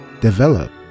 develop